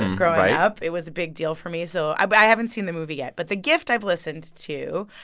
growing up. it was a big deal for me. so i but i haven't seen the movie yet. but the gift, i've listened to.